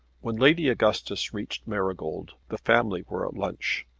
when lady augustus reached marygold the family were at lunch,